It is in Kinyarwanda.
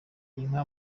inka